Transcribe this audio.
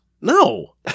No